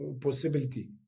possibility